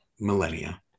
millennia